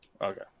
Okay